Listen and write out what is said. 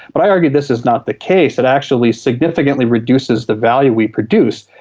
but i argue this is not the case, it actually significantly reduces the value we produce.